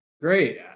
Great